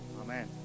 amen